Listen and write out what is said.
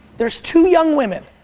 there's two young women,